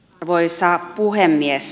arvoisa puhemies